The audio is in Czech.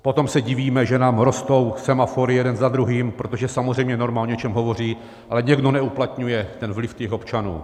Potom se divíme, že nám rostou semafory jeden za druhým, protože samozřejmě norma o něčem hovoří, ale někdo neuplatňuje vliv občanů.